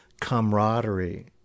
camaraderie